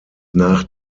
nach